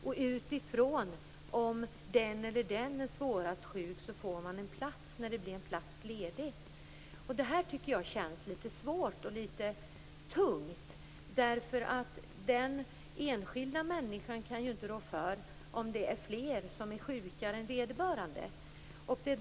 Om man är svårare sjuk än andra får man en plats när en plats blir ledig. Detta känns litet svårt och tung, därför att den enskilda människan kan ju inte rå för om det är fler som är sjukare än vederbörande.